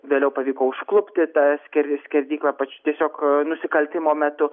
vėliau pavyko užklupti tą sker skerdyklą pačiu tiesiog nusikaltimo metu